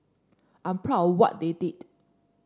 I'm proud what they did